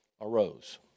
arose